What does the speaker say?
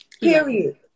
Period